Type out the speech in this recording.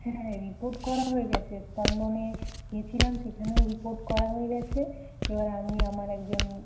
হ্যাঁ রিপোর্ট করা হয়ে গেছে স্পন্দনে গেছিলাম সেখানেও রিপোর্ট করা হয়ে গেছে এবার আমি আমার একজন